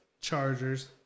Chargers